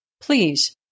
Please